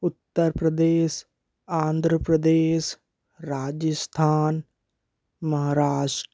Uttar Pradesh Andhra Pradesh Rajasthan Maharashtra